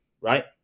right